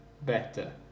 better